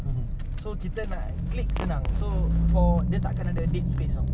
so kita nak click senang so for dia tak kan ada dead space oh